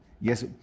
yes